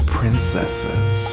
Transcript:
Princesses